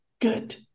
good